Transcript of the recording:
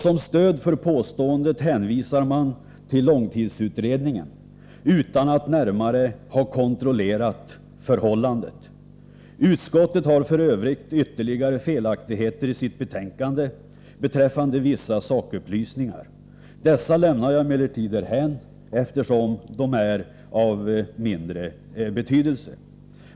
Som stöd för påståendet hänvisar man till långtidsutredningen — utan att närmare ha kontrollerat förhållandet. Utskottet har f. ö. ytterligare felaktigheter i sitt betänkande i fråga om vissa sakupplysningar. Dessa lämnar jag emellertid därhän eftersom de är av mindre betydelse.